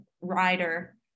rider